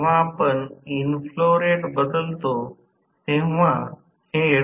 rotor प्रतिरोध r2 तर ज्या स्लिप वर उद्भवते ते थेट प्रमाणित असते